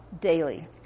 daily